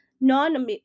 non